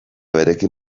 berekin